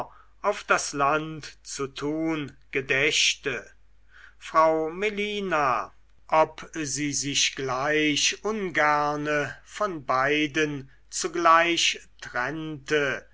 auf das land zu tun gedächte frau melina ob sie sich gleich ungerne von beiden zugleich trennte